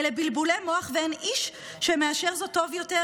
אלה בלבולי מוח" ואין איש שמאשר זאת טוב יותר